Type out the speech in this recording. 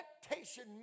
expectation